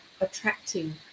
attracting